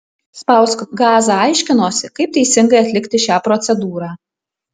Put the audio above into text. spausk gazą aiškinosi kaip teisingai atlikti šią procedūrą